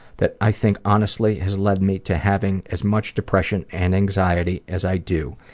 that i think honestly has led me to having as much depression and anxiety as i do.